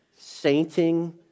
sainting